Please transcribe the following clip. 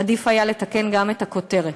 עדיף היה לתקן גם את הכותרת.